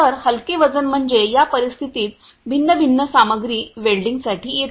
तर हलके वजन म्हणजे या परिस्थितीत भिन्न भिन्न सामग्री वेल्डिंगसाठी येते